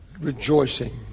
rejoicing